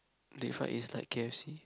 deep fried is like k_f_c